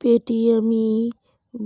Paytm e